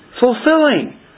fulfilling